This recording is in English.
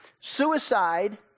Suicide